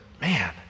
man